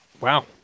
Wow